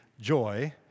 joy